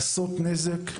לעשות נזק,